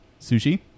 sushi